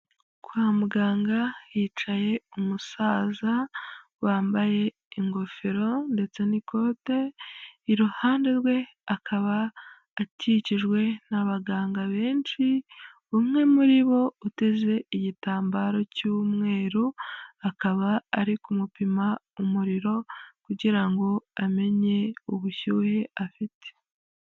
Kwa muganga hicaye umusaza wambaye ingofero ndetse n'ikote, iruhande rwe akaba akikijwe n'abaganga benshi, umwe muri bo uteze igitambaro cy'umweru akaba ari kumupima umuriro kugira ngo amenye ubushyuhe afite.